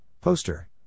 Poster